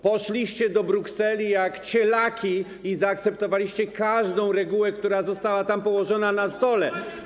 Poszliście do Brukseli jak cielaki i zaakceptowaliście każdą regułę, która została tam położona na stole.